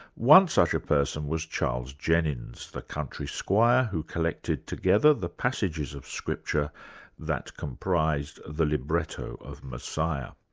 one such a person was charles jennens, the country squire who collected together the passages of scripture that comprised the libretto of messiah.